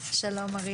שלום, א'.